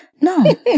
No